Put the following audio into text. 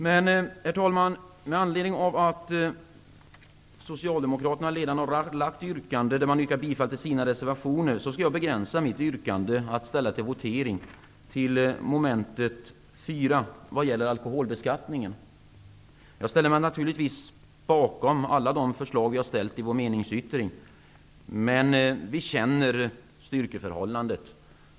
Herr talman! Med anledning av att Socialdemokraterna redan har yrkat bifall till sina reservationer, skall jag begränsa mitt yrkande till mom. 4 vad gäller alkoholbeskattningen. Vi ställer oss naturligtvis bakom alla de förslag som vi har lagt fram i vår meningsyttring, men vi känner styrkeförhållandet.